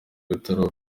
bitaro